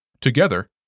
Together